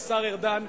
השר ארדן,